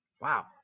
wow